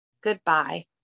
goodbye